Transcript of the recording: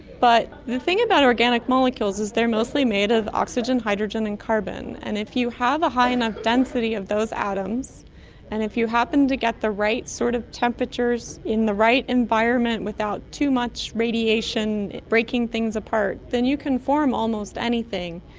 but the thing about organic molecules is that they're mostly made of oxygen, hydrogen and carbon, and if you have a high enough density of those atoms and if you happen to get the right sort of temperatures in the right environment without too much radiation breaking things apart, then you can form almost anything.